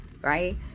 right